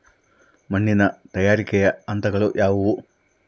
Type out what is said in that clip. ಮಣ್ಣಿನ ತಯಾರಿಕೆಯ ಹಂತಗಳು ಯಾವುವು?